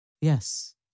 Yes